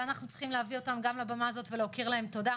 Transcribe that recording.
ואנחנו צריכים להביא אותם גם לבמה הזאת ולהוקיר להם תודה,